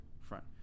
front